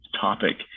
topic